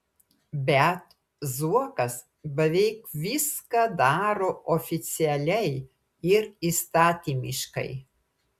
bet zuokas beveik viską daro oficialiai ir įstatymiškai